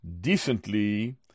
decently